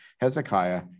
Hezekiah